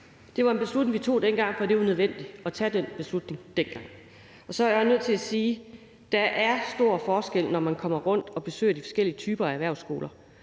Det var en beslutning, vi tog dengang, fordi det var nødvendigt at tage den beslutning dengang. Så er jeg også nødt til at sige, at der er stor forskel, når man kommer rundt og besøger de forskellige typer af erhvervsskoler.